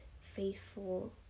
Faithful